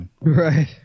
Right